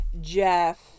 jeff